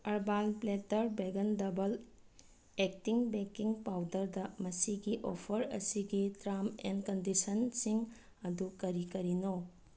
urban Platter vegan double acting baking ꯄꯥꯎꯗꯔꯗ ꯃꯁꯤꯒꯤ offer ꯑꯁꯤꯒꯤ ꯇꯥꯔꯝ ꯑꯦꯟ ꯀꯟꯗꯤꯁꯟꯁꯤꯡ ꯑꯗꯨ ꯀꯔꯤ ꯀꯔꯤꯅꯣ